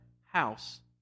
house